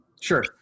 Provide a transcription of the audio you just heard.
Sure